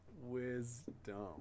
Wisdom